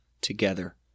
together